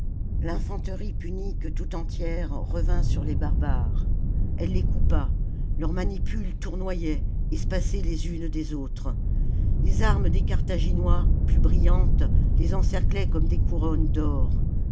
l'infanterie punique tout entière revint sur les barbares elle les coupa leurs manipules tournoyaient espacées les unes des autres les armes des carthaginois plus brillantes les encerclaient comme des couronnes d'or